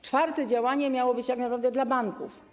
Czwarte działanie miało być tak naprawdę dla banków.